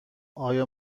آیا